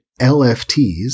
LFTs